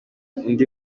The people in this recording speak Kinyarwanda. undi